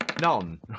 None